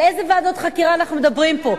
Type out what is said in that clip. על איזה ועדות חקירה אנחנו מדברים פה?